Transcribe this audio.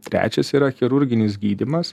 trečias yra chirurginis gydymas